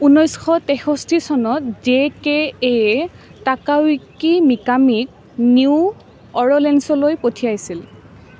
ঊনৈছশ তেষষ্ঠি চনত জে কে এ য়ে তাকায়ুকি মিকামীক নিউ অ'ৰলেন্সলৈ পঠিয়াইছিল